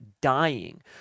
dying